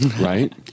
Right